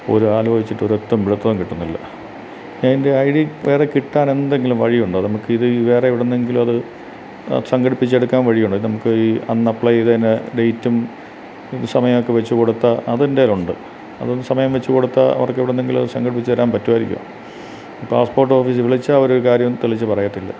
ഒരു ആലോചിച്ചിട്ട് ഒരെത്തും പിടിത്തവും കിട്ടുന്നില്ല എൻ്റെ ഐ ഡി വേറെ കിട്ടാൻ എന്തെങ്കിലും വഴിയുണ്ടൊ നമുക്കിത് വേറെയെവിടെന്നെങ്കിലും അതു സംഘടിപ്പിച്ചെടുക്കാൻ വഴിയുണ്ടൊ ഇതു നമുക്ക് ഈ അന്നപ്പ്ളൈ ചെയ്തേനെ ഡേയ്റ്റും സമയമൊക്കെ വെച്ചു കൊടുത്താൽ അതെൻറ്റേലുണ്ട് അപ്പം സമയം വെച്ചുകൊടുത്താൽ അവർക്കെവിടെന്നെങ്കിലുമത് സംഘടിപ്പിച്ചു തരാൻ പറ്റുമായിരിക്കുമോ പാസ്പ്പോർട്ടോഫീസിൽ വിളിച്ചാൽ ഒരു കാര്യവും തെളിച്ചു പറയത്തില്ല